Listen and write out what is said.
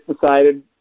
decided